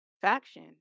faction